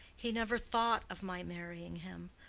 he never thought of my marrying him.